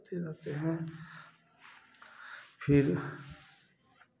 फिर